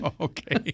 Okay